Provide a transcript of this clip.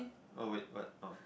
oh wait what oh